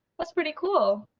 that's pretty cool!